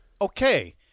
okay